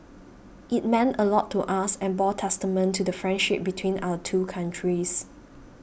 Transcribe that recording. it meant a lot to us and bore testament to the friendship between our two countries